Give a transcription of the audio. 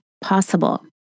possible